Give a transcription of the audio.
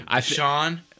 Sean